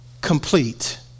complete